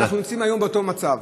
ואנחנו נמצאים היום באותו מצב.